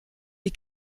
les